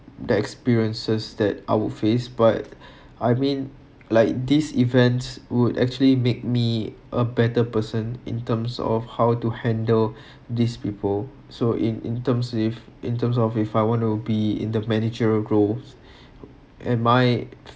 that experiences that I would face but I mean like these events would actually make me a better person in terms of how to handle these people so in in terms if in terms of if I want to be in the managerial growth am I